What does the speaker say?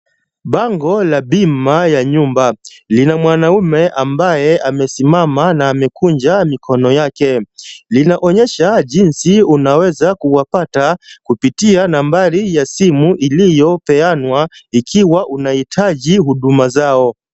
Bango la bima ya nyumba. Lina mwanamume ambaye amesimama na amekunja mikono yake. Linaonyesha jinsi unaweza kuwapata kupitia nambari ya simu iliyopeanwa ikiwa unahitaji huduma zao.